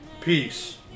Peace